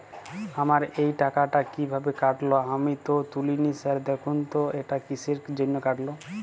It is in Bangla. আমার এই টাকাটা কীভাবে কাটল আমি তো তুলিনি স্যার দেখুন তো এটা কিসের জন্য কাটল?